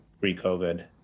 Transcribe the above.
pre-COVID